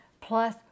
plus